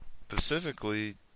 specifically